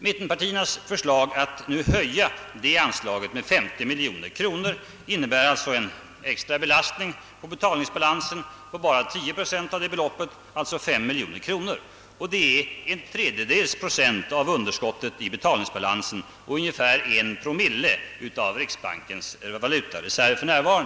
Mittenpartiernas förslag att höja det anslaget med 50 miljoner kronor innebär alltså en extra belastning på betalningsbalansen med bara 10 procent av det beloppet, d. v. s. 5 miljoner kronor, och det är en tredjedels procent av underskottet i betalningsbalansen och ungefär 1 promille av riksbankens nuvarande valutareserv.